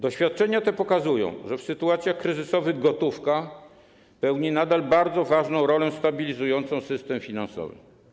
Doświadczenia te pokazują, że w sytuacjach kryzysowych gotówka pełni nadal bardzo ważną rolę stabilizującą system finansowy.